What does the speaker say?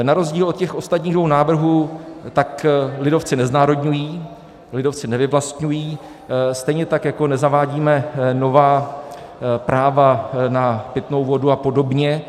Na rozdíl od těch ostatních dvou návrhů lidovci neznárodňují, lidovci nevyvlastňují, stejně tak jako nezavádíme nová práva na pitnou vodu apod.